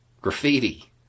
graffiti